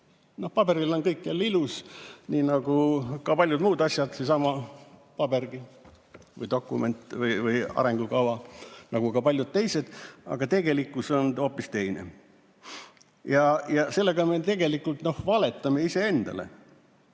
paberil on kõik jälle ilus, nii nagu ka paljud muud asjad, seesama pabergi või dokument või arengukava nagu ka paljud teised, aga tegelikkus on hoopis teine. Sellega me valetame iseendale